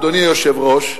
אדוני היושב-ראש,